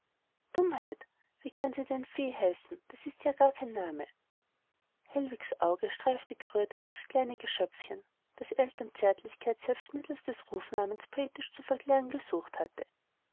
dummheit wie kann sie denn fee heißen das ist ja gar kein name hellwigs auge streifte gerührt über das kleine geschöpfchen das elternzärtlichkeit selbst mittels des rufnamens poetisch zu verklären gesucht hatte